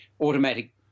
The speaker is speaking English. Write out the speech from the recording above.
automatic